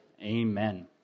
Amen